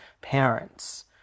parents